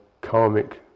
karmic